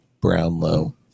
Brownlow